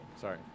Sorry